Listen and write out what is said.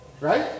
Right